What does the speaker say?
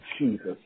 Jesus